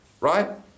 right